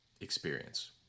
experience